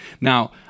Now